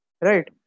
right